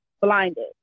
blinded